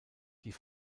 die